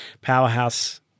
powerhouse